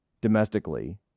domestically